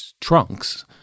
trunks